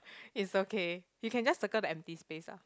is okay you can just circle the empty space ah